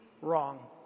wrong